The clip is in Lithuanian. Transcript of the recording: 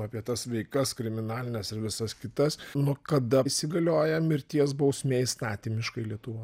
apie tas veikas kriminalines ir visas kitas nuo kada įsigalioja mirties bausmė įstatymiškai lietuvo